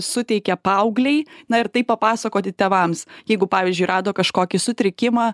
suteikia paauglei na ir tai papasakoti tėvams jeigu pavyzdžiui rado kažkokį sutrikimą